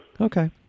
okay